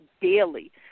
daily